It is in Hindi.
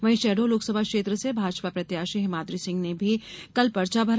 वहीं शहडोल लोकसभा क्षेत्र से भाजपा प्रत्याशी हिमाद्री सिंह ने भी कल पर्चा भरा